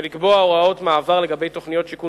ולקבוע הוראות מעבר לגבי תוכניות שיכון